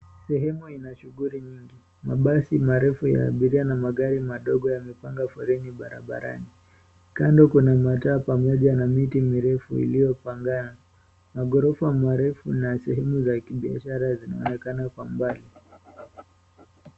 Sehemu ina shughuli nyingi, mabasi marefu ya abiria na magari madogo yamepanga foleni barabarani. Kando kuna mataa, pamoja na miti mirefu iliyopangana. Maghorofa marefu na sehemu za kibiashara zinaonekana kwa mbali.